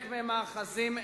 גם צריך לעקור את הפרחים.